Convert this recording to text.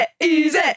easy